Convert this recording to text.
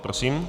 Prosím.